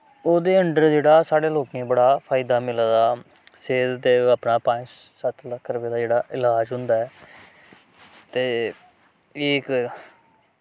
ओह्दे अंडर जेह्ड़ा साढ़े लोकें गी बड़ा फायदा मिला दा सेह्त ते अपना पंज सत्त लक्ख रपे दा जेह्ड़ा इलाज होंदा ऐ ते एह् इक